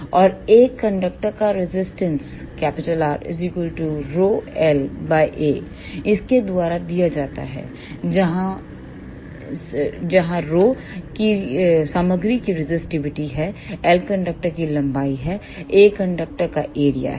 और एक कंडक्टर का रजिस्टेंस RlAइसके द्वारा दिया जाता है जहां ρ सामग्री की रेजिस्टविटी है l कंडक्टर की लंबाई है A कंडक्टर का एरिया है